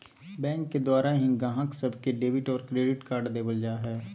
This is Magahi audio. बैंक के द्वारा ही गाहक सब के डेबिट और क्रेडिट कार्ड देवल जा हय